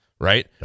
right